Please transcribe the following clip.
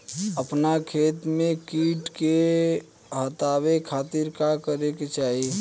अपना खेत से कीट के हतावे खातिर का करे के चाही?